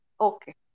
Okay